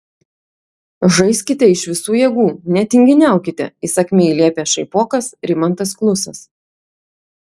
žaiskite iš visų jėgų netinginiaukite įsakmiai liepia šaipokas rimantas klusas